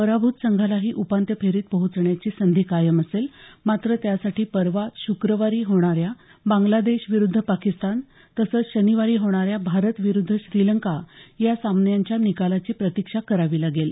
पराभूत संघालाही उपांत्य फेरीत पोहोचण्याची संधी कायम असेल मात्र त्यासाठी परवा शुक्रवारी होणाऱ्या बांग्लादेश विरुद्ध पाकिस्तान तसंच शनिवारी होणाऱ्या भारत विरुद्ध श्रीलंका या सामन्यांच्या निकालाची प्रतीक्षा करावी लागेल